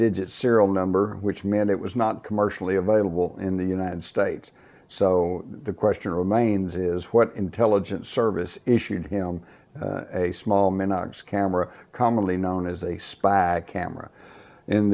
digit serial number which meant it was not commercially available in the united states so the question remains is what intelligence service issued him a small minox camera commonly known as a spy camera